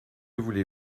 voulez